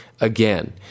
Again